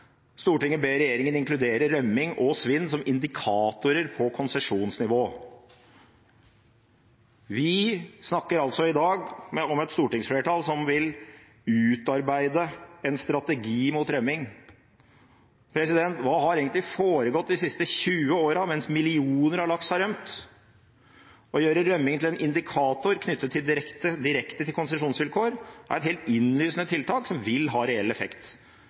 Stortinget ber regjeringen inkludere rømning og svinn som indikatorer på konsesjonsnivå. Vi snakker altså i dag om et stortingsflertall som vil utarbeide en strategi mot rømning. Hva har egentlig foregått de siste 20 åra, mens millioner av laks har rømt? Å gjøre rømning til en indikator knyttet direkte til konsesjonsvilkår er et helt innlysende tiltak, som vil ha reell effekt.